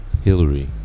Hillary